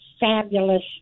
fabulous